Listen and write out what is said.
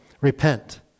repent